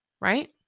right